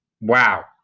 Wow